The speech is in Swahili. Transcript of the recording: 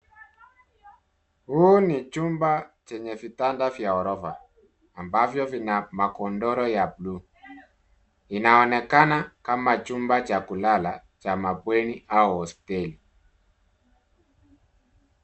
Huu ni Chumba chenye vitanda vya ghorofa ambavyo vina magodoro ya buluu. Inaonekana kama chumba cha kulala cha mabweni au hosteli .